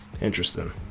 interesting